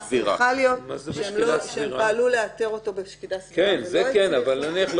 נניח הוא